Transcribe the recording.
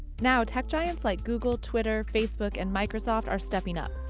now tech giants like google, twitter, facebook and microsoft are stepping up.